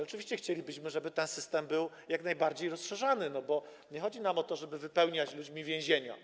Oczywiście chcielibyśmy, żeby ten system był jak najbardziej rozszerzany, bo nie chodzi nam o to, żeby wypełniać ludźmi więzienia.